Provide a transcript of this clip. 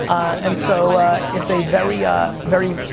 and so it's a very, ah very,